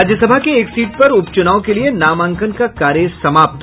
राज्यसभा के एक सीट पर उपचुनाव के लिये नामांकन का कार्य समाप्त